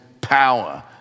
power